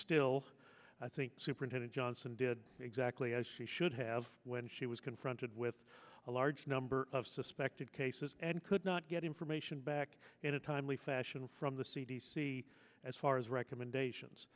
still i think superintendent johnson did exactly as she should have when she was confronted with a large number of suspected cases and could not get information back in a timely fashion from the c d c as far as recommendations